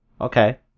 okay